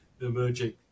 emerging